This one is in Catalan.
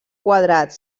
quadrat